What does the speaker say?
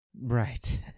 Right